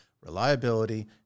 reliability